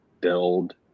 build